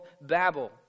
Babel